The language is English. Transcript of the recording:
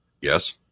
Yes